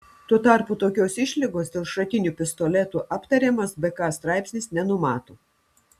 tuo tarpu tokios išlygos dėl šratinių pistoletų aptariamas bk straipsnis nenumato